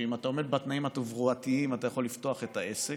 שאם אתה עומד בתנאים התברואתיים אתה יכול לפתוח את העסק,